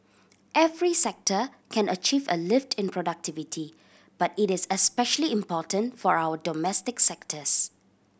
every sector can achieve a lift in productivity but it is especially important for our domestic sectors